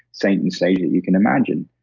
saint and savior that you can imagine.